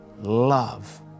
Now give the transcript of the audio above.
love